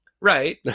Right